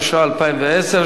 התשע"א 2010,